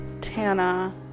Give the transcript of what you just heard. Tana